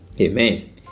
Amen